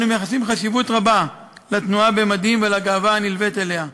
אנו מייחסים חשיבות רבה לתנועה במדים ולגאווה הנלווית אליה.